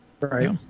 right